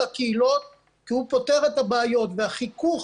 הקהילות כי הוא פותר את הבעיות והחיכוך